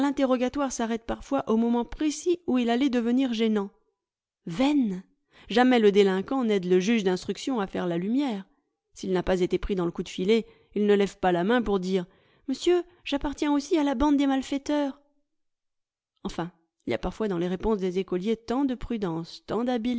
l'interrogatoire s'arrête parfois au moment précis où il allait devenir gênant veine jamais le délinquant n'aide le juge d'instruction à faire la lumière s'il n'a pas été pris dans le coup de filet il ne lève pas la main pour dire monsieur j'appartiens aussi à la bande des malfaiteurs enfin il y a parfois dans les réponses des écoliers tant de prudence